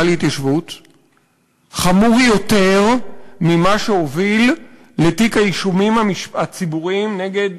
להתיישבות חמור יותר ממה שהוביל לתיק האישומים הציבוריים נגד